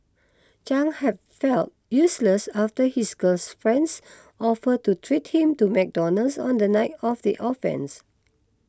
Chang have felt useless after his girlfriend's offer to treat him to McDonald's on the night of the offence